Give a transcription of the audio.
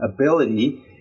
ability